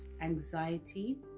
anxiety